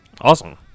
Awesome